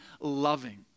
loving